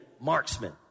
marksman